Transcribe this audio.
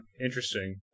interesting